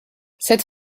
cette